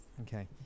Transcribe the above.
Okay